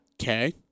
Okay